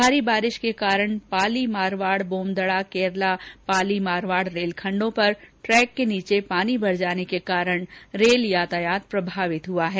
भारी बारिश के कारण पाली मारवाड़ बोमदड़ा केरला पाली मारवाड़ रेलखण्डों में ट्रेक के नीचे पानी भर जाने के कारण रेल यातायात प्रभावित हुआ है